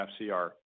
FCR